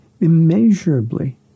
immeasurably